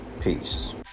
Peace